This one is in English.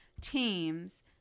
teams